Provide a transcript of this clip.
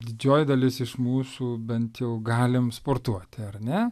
didžioji dalis iš mūsų bent jau galim sportuoti ar ne